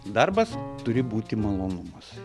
darbas turi būti malonumas